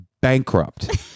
bankrupt